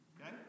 okay